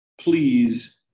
please